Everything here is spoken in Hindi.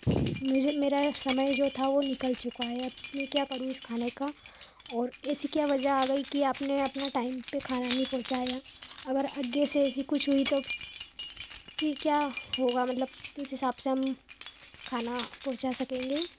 मुझे मेरा समय जो था वो निकल चुका है अब में क्या करूँ इस खाने का और ऐसी क्या वजह आ गई कि आपने अपना टाइम पे खाना नहीं पहुँचाया अगर आगे से एसी कुछ हुई तो कि क्या होगा मतलब किस हिसाब से हम खाना पहुँचा सकेंगे